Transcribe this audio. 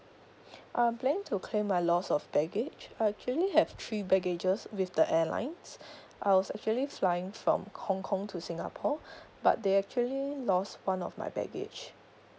I'm planning to claim my loss of baggage I actually have three baggages with the airlines I was actually flying from hong kong to singapore but they actually lost one of my baggage